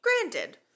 Granted